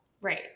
Right